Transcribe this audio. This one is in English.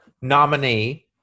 nominee